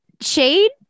shade